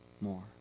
more